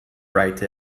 write